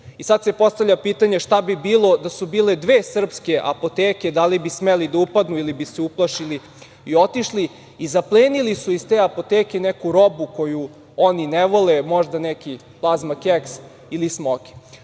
Sad se postavlja pitanje šta bi bilo da su bile dve srpske apoteke, da li bi smeli da upadnu ili bi se uplašili i otišli i zaplenili su iz te apoteke neku robu koju oni ne vole, možda neki plazma keks ili smoki. Ovaj